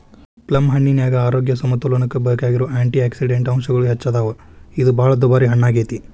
ಪ್ಲಮ್ಹಣ್ಣಿನ್ಯಾಗ ಆರೋಗ್ಯ ಸಮತೋಲನಕ್ಕ ಬೇಕಾಗಿರೋ ಆ್ಯಂಟಿಯಾಕ್ಸಿಡಂಟ್ ಅಂಶಗಳು ಹೆಚ್ಚದಾವ, ಇದು ಬಾಳ ದುಬಾರಿ ಹಣ್ಣಾಗೇತಿ